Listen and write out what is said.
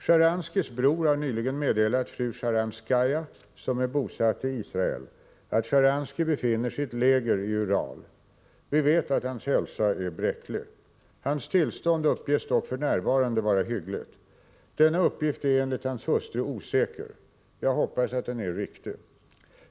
Sjtjaranskijs bror har nyligen meddelat fru Sjtjaranskaja, som är bosatt i Israel, att Sjtjaranskij befinner sig i ett läger i Ural. Vi vet att hans hälsa är bräcklig. Hans tillstånd uppges dock f.n. vara hyggligt. Denna uppgift är enligt hans hustru osäker. Jag hoppas att den är riktig.